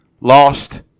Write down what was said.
lost